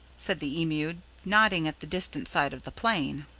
said the emu, nodding at the distant side of the plain.